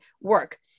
work